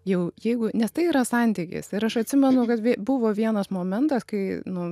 jau jeigu nes tai yra santykis ir aš atsimenu kad ve buvo vienas momentas kai nu